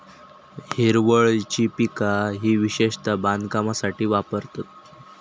हिरवळीची पिका ही विशेषता बांधकामासाठी वापरतत